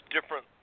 different